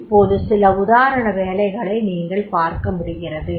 இப்போது சில உதாரண வேலைகளை நீங்கள் பார்க்க முடிகிறது